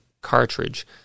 cartridge